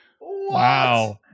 Wow